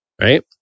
right